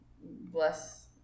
bless